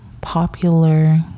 popular